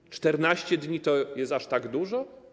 Czy 14 dni to jest aż tak dużo?